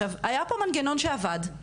היה פה מנגנון שעבד,